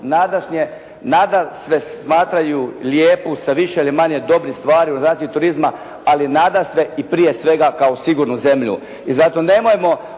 nadasve smatraju lijepu sa više ili manje dobrih stvari … /Govornik se ne razumije./ … turizma, ali nadasve i prije svega kao sigurnu zemlju.